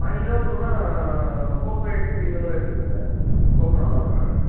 பதிஞ்சிருவாக்குள்ளன்னா போக்குவே எக்ஸ்த்ரீ இதுமாதிரி எடுத்துக்குங்க சார் போக்கோ நல்லா போடுறாங்க